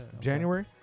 January